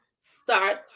start